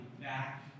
back